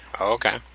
Okay